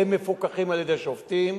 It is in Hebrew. הם מפוקחים על-ידי שופטים,